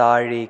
താഴേക്ക്